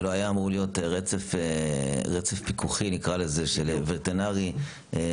זה לא היה אמור להיות רצף פיקוחי וטרינרי אחד,